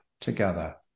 together